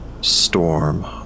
storm